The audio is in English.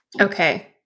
Okay